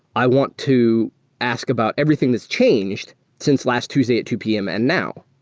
i want to ask about everything that's changed since last tuesday at two pm and now.